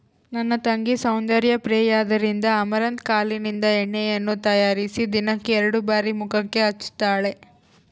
ನನ್ನ ತಂಗಿ ಸೌಂದರ್ಯ ಪ್ರಿಯೆಯಾದ್ದರಿಂದ ಅಮರಂತ್ ಕಾಳಿನಿಂದ ಎಣ್ಣೆಯನ್ನು ತಯಾರಿಸಿ ದಿನಕ್ಕೆ ಎರಡು ಬಾರಿ ಮುಖಕ್ಕೆ ಹಚ್ಚುತ್ತಾಳೆ